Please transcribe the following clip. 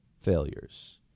failures